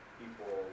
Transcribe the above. people